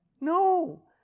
No